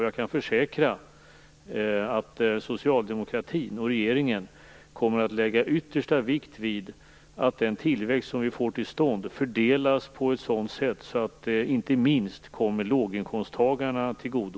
Jag kan försäkra att Socialdemokraterna och regeringen kommer att lägga yttersta vikt vid att den tillväxt som vi får till stånd fördelas på ett sådant sätt att den kommer inte minst låginkomsttagarna till godo.